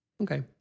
Okay